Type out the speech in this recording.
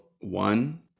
one